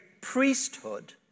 priesthood